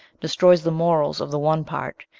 destroys the morals of the one part,